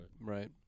Right